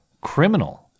criminal